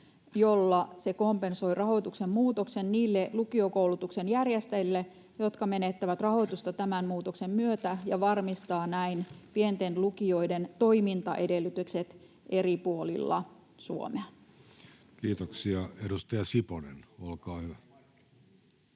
jolla se kompensoi rahoituksen muutoksen niille lukiokoulutuksen järjestäjille, jotka menettävät rahoitusta tämän muutoksen myötä, ja varmistaa näin pienten lukioiden toimintaedellytykset eri puolilla Suomea.” [Speech 10] Speaker: